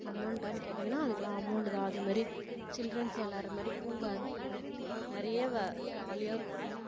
அமௌண்டான்னு கேட்டீங்கனா அதுக்கெலாம் அமௌண்டு தான் அதுமாரி சில்ரன்ஸ் விளாட்ற மாதிரி பூங்கா இருக்குது நிறைய வ ஜாலியாக இருக்கும்